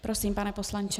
Prosím, pane poslanče.